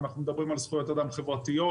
אנחנו מדברים על זכויות אדם חברתיות,